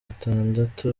atandatu